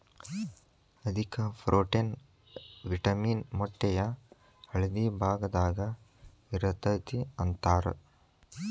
ಅಧಿಕ protein, vitamin ಮೊಟ್ಟೆಯ ಹಳದಿ ಭಾಗದಾಗ ಇರತತಿ ಅಂತಾರ